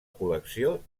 col·lecció